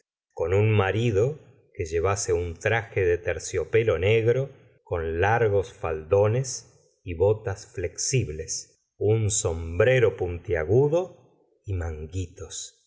con un marido que llevase un traje de terciopelo negro con largos faldones y botas flexibles un sombrero puntiagudo y manguitos